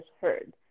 heard